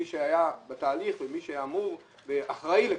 את מי שהיה בתהליך ואת מי שאחראי לכך.